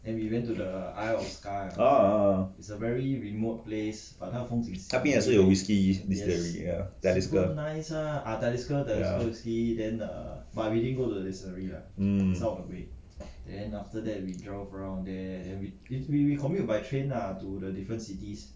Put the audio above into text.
ah ah ah 那边也是有 whisky distillery ya Talisker ya hmm